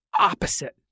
opposite